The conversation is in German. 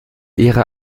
ihrer